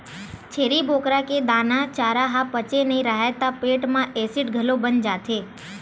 छेरी बोकरा के दाना, चारा ह पचे नइ राहय त पेट म एसिड घलो बन जाथे